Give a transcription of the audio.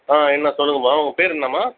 ஆ என்ன சொல்லுங்கம்மா உங்கள் பேர் என்னம்மா